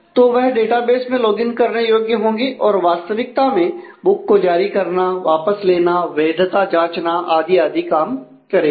तो वह डेटाबेस में लॉगिन करने योग्य होंगे और वास्तविकता में बुक को जारी करना वापस लेना वैधता जांचना आदि आदि काम करेंगे